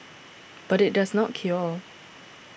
but it does not cure